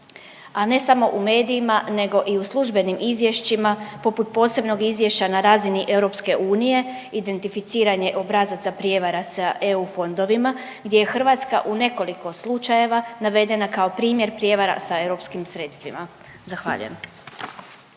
a ne samo u medijima nego i u službenim izvješćima poput posebnog izvješća na razini EU identificiranje obrazaca prijevara sa EU fondovima gdje je Hrvatska u nekoliko slučajeva navedena kao primjer prijevara sa europskim sredstvima. Zahvaljujem.